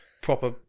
proper